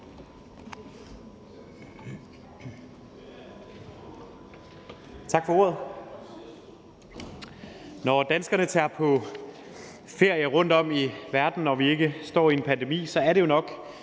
Tak for ordet.